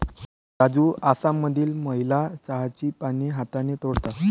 राजू आसाममधील महिला चहाची पाने हाताने तोडतात